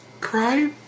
cry